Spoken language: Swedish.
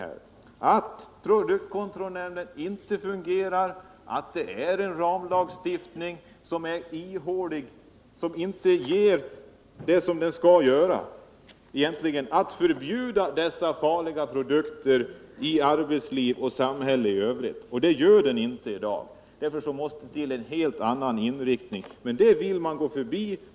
Produktkontrollnämnden fungerar inte. Ramlagstiftningen är ihålig och leder inte till förbud för farliga produkter i arbetsliv och samhälle. Vi anser därför att man måste ha en helt annan inriktning, men det vill man gå förbi.